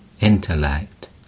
intellect